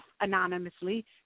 anonymously